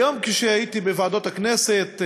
היום, כשהייתי בוועדות הכנסת,